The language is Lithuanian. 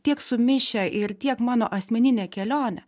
tiek sumišę ir tiek mano asmeninė kelionė